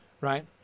right